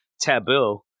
taboo